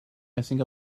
messing